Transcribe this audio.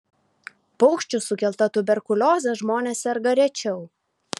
paukščių sukelta tuberkulioze žmonės serga rečiau